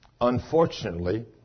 Unfortunately